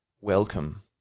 welcome